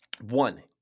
One